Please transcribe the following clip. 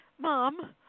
Mom